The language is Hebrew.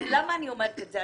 למה אני אומרת את זה,